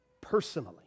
personally